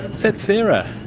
that sarah?